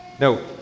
No